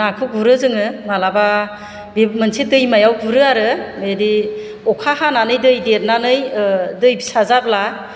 नाखौ गुरो जोङो माब्लाबा बे मोनसे दैमायाव गुरो आरो बिदि अखा हानानै दै देरनानै दै फिसा जाब्ला